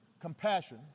compassion